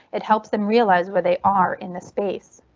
it helps them realize where they are in the space.